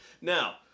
Now